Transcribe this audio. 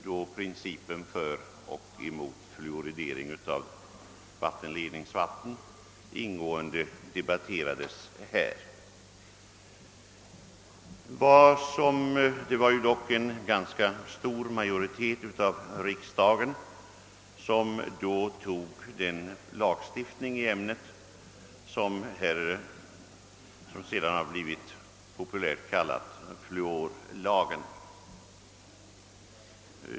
Då debatterades argumenten för och emot fluoridering av = vattenledningsvatten ingående, men en ganska stor majoritet av riksdagen godtog den lagstiftning på området som sedan populärt har blivit kallad fluorlagen.